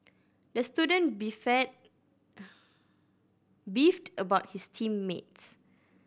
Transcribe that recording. the student beefed about his team mates